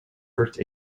first